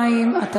22) (מטרות כספי היטל הטמנה),